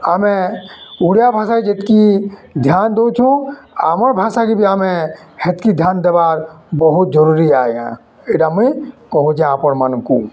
ଆମେ ଓଡ଼ିଆ ଭାଷାକେ ଯେତ୍କି ଧ୍ୟାନ୍ ଦେଉଛୁଁ ଆମର୍ ଭାଷାକେ ବି ଆମେ ହେତ୍କି ଧ୍ୟାନ୍ ଦେବାର୍ ବହୁତ୍ ଜରୁରୀ ଆଏ ଆଜ୍ଞା ଇଟା ମୁଇଁ କହୁଛେଁ ଆପଣ୍ମାନ୍ଙ୍କୁ